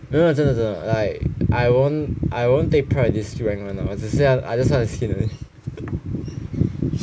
没有没有真的真的 I won't take pride on this rank [one] I just want the skin only